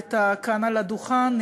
כשעמדת כאן על הדוכן,